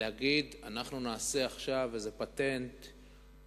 להגיד: אנחנו נעשה עכשיו פטנט כלשהו.